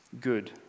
good